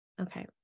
Okay